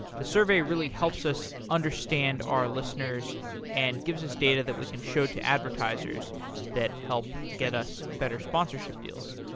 the survey really helps us understand our listeners and gives us data that we can show to advertisers that help get us better sponsorship deals.